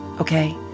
okay